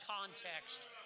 context